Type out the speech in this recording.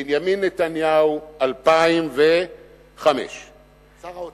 בנימין נתניהו 2005. שר האוצר.